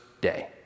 day